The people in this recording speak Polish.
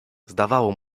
zdawało